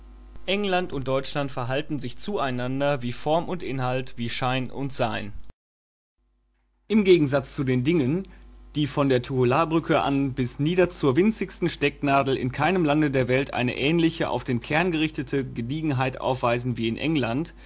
england und deutschland verhalten sich zueinander wie form und inhalt wie schein und sein im gegensatz zu den dingen die von der tuhularbrücke an bis nieder zur winzigsten stecknadel in keinem lande der welt eine ähnliche auf den kern gerichtete gediegenheit aufweisen wie in england